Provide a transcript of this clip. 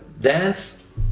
Dance